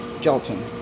gelatin